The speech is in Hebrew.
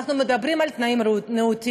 אנחנו מדברים על תנאים נאותים,